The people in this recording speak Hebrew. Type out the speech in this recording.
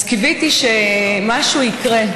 אז קיוויתי שמשהו יקרה,